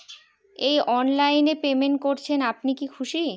এই অনলাইন এ পেমেন্ট করছেন আপনি কি খুশি?